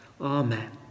Amen